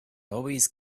always